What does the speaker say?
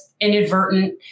inadvertent